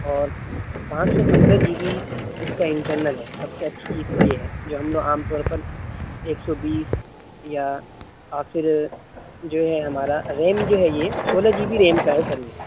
اور پانچ سو پندرہ جی بی اس کا انٹرنل ہے سب سے اچھی چیز تو یہ ہے جو ہم لوگ عام طور پر ایک سو بیس یا اور پھر جو ہے ہمارا ریم جو ہے یہ سولہ جی بی ریم کا ہے سر یہ